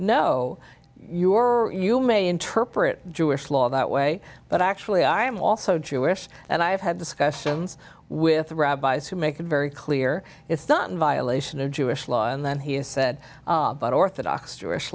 no you are you may interpret jewish law that way but actually i am also jewish and i have had discussions with rabbis who make it very clear it's not in violation of jewish law and then he has said but orthodox jewish